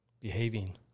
behaving